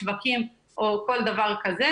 שווקים או כל דבר כזה.